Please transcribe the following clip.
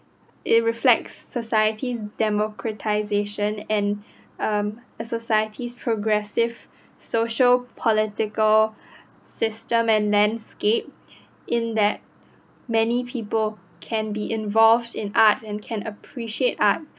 it reflects society's democratisation and um a society's progressive social political system and landscape in that many people can be involved in art and can appreciate art